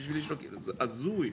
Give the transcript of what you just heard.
זה הזוי,